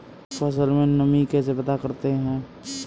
फसल में नमी कैसे पता करते हैं?